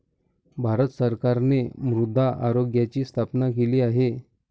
भारत सरकारने मृदा आरोग्याची स्थापना केली आहे